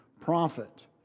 prophet